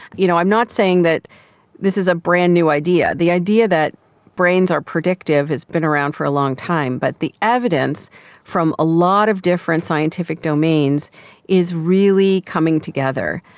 you know i'm not saying that this is a brand-new idea. the idea that brains are predictive has been around for a long time but the evidence from a lot of different scientific domains is really coming together.